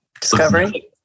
Discovery